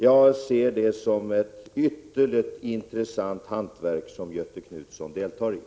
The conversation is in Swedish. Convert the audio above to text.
Jag finner den hantering som Göthe Knutson ägnar sig åt vara ytterligt intressant.